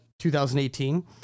2018